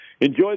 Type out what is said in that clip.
enjoy